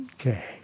Okay